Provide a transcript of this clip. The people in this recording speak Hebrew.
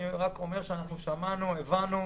אני רק אומר שאנחנו שמענו, הבנו.